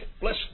Bless